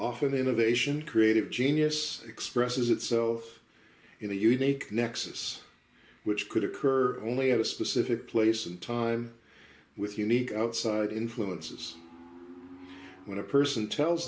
an innovation creative genius expresses itself in a unique nexus which could occur only at a specific place ready and time with unique outside influences when a person tells